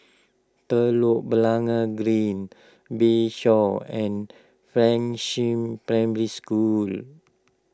Telok Blangah Green Bayshore and Fengshan Primary School